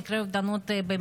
במקרי אובדנות במדינה.